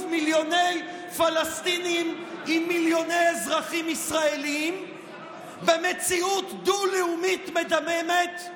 מיליוני פלסטינים עם מיליוני אזרחים ישראלים במציאות דו-לאומית מדממת,